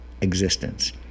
existence